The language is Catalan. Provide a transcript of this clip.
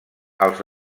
als